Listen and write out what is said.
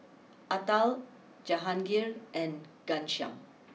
Atal Jahangir and Ghanshyam